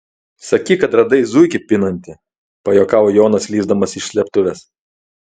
sakyk kad radai zuikį pinantį pajuokavo jonas lįsdamas iš slėptuvės